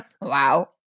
Wow